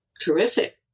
terrific